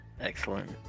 excellent